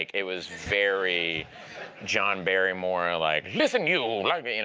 like it was very john barrymore, and like, listen, you, like me.